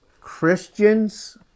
Christians